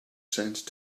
sense